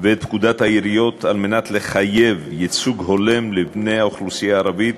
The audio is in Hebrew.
ואת פקודת העיריות על מנת לחייב ייצוג הולם לבני האוכלוסייה הערבית